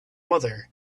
mother